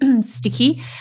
sticky